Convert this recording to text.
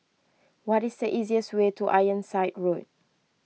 what is the easiest way to Ironside Road